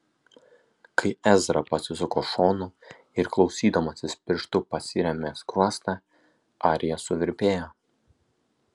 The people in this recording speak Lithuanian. kai ezra pasisuko šonu ir klausydamasis pirštu pasirėmė skruostą arija suvirpėjo